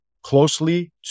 closely